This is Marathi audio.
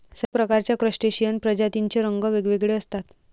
सर्व प्रकारच्या क्रस्टेशियन प्रजातींचे रंग वेगवेगळे असतात